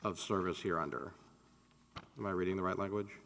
of service here under my reading the right language